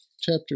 chapter